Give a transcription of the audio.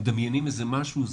מדמיינים איזה משהו,